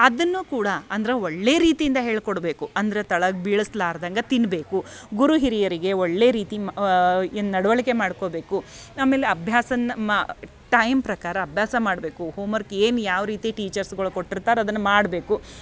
ಅದನ್ನೂ ಕೂಡ ಅಂದ್ರೆ ಒಳ್ಳೆಯ ರೀತಿಯಿಂದ ಹೇಳ್ಕೊಡಬೇಕು ಅಂದ್ರೆ ಕೆಳಗ್ ಬೀಳಸ್ಲಾರ್ದಂಗ ತಿನ್ಬೇಕು ಗುರು ಹಿರಿಯರಿಗೆ ಒಳ್ಳೆಯ ರೀತಿ ಏನು ನಡವಳಿಕೆ ಮಾಡ್ಕೋಬೇಕು ಆಮೇಲೆ ಅಭ್ಯಾಸವನ್ನು ಮಾ ಟೈಮ್ ಪ್ರಕಾರ ಅಭ್ಯಾಸ ಮಾಡಬೇಕು ಹೋಮ್ವರ್ಕ್ ಏನು ಯಾವ ರೀತಿ ಟೀಚರ್ಸ್ ಕೊಟ್ಟಿರ್ತಾರೆ ಅದನ್ನ ಮಾಡಬೇಕು